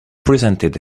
presented